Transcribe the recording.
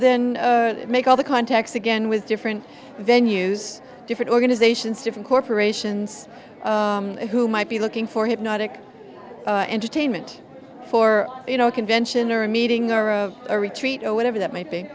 then make all the contacts again with different venues different organizations different corporations who might be looking for hypnotic entertainment for you know a convention or a meeting or of a retreat or whatever that might be